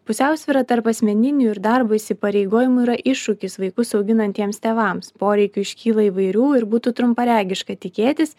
pusiausvyra tarp asmeninių ir darbo įsipareigojimų yra iššūkis vaikus auginantiems tėvams poreikių iškyla įvairių ir būtų trumparegiška tikėtis